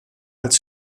als